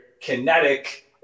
kinetic